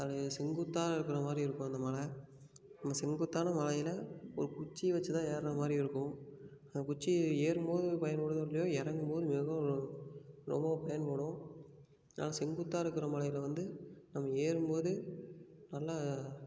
அது செங்குத்தாக இருக்கிற மாதிரி இருக்கும் அந்த மலை அந்த செங்குத்தான மலையில் ஒரு குச்சி வெச்சுதான் ஏறுற மாதிரி இருக்கும் அந்த குச்சி ஏறும்போது பயன்படுத்துறோமோ இல்லையோ இறங்கும்போது மிகவும் ரொம்ப பயன்படும் நான் செங்குத்தாக இருக்கிற மலையில் வந்து நம்ம ஏறும்போது நல்லா